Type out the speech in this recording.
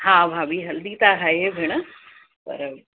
हा भाभी हलंदी त आहे भेण पर